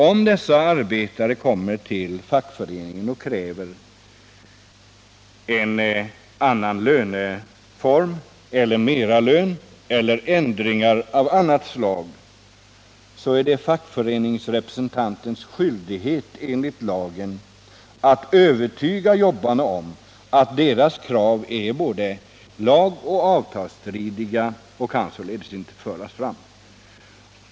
Om dessa arbetare kommer till fackföreningen och kräver en annan löneform, mera lön eller ändringar av annat slag, är det enligt lagen fackföreningsrepresentantens skyldighet att övertyga arbetarna om att deras krav är både lagoch avtalsstridiga, varför de således inte får föras fram.